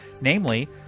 namely